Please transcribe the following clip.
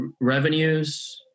revenues